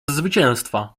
zwycięstwa